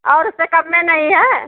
और इससे कम में नहीं है